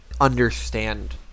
understand